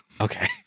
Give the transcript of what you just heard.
Okay